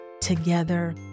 together